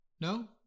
No